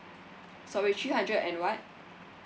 sorry three hundred and what